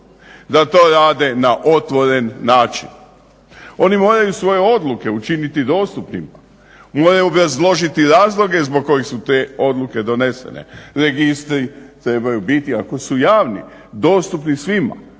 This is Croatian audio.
da to rade na otvoren način. Oni moraju svoje odluke učiniti dostupnima, moraju obrazložiti razloge zbog kojih su te odluke donesene. Registri trebaju biti ako su javni, dostupni svima.